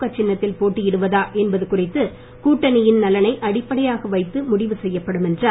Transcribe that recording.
க சின்னத்தில் போட்டியிடுவதா என்பது குறித்து கூட்டணியின் நலனை அடிப்படையாக வைத்து முடிவு செய்யப்படும் என்றார்